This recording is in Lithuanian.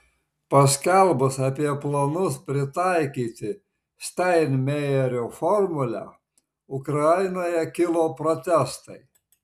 paskelbus apie planus pritaikyti steinmeierio formulę ukrainoje kilo protestai